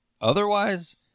Otherwise